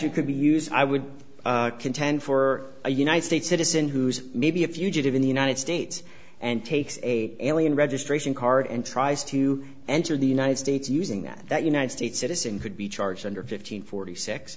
could be used i would contend for a united states citizen who's maybe a fugitive in the united states and takes a alien registration card and tries to enter the united states using that united states citizen could be charged under fifteen forty six